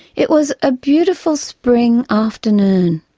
it was a beautiful spring afternoon,